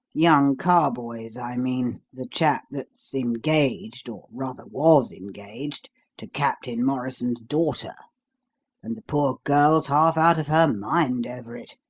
young carboys, i mean the chap that's engaged, or, rather was engaged to captain morrison's daughter and the poor girl's half out of her mind over it.